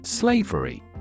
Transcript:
Slavery